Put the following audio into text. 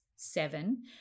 seven